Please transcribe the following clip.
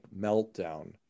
meltdown